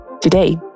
Today